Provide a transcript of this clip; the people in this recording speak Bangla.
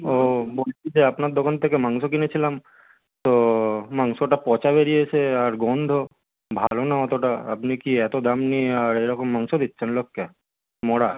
ও বলছি যে আপনার দোকান থেকে মাংস কিনেছিলাম তো মাংসটা পচা বেরিয়েছে আর গন্ধ ভালো না অতোটা আপনি কি এতো দাম নিয়ে আর এরকম মাংস দিচ্ছেন লোককে মরা